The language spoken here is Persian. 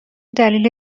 دلیل